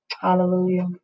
Hallelujah